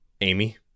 Amy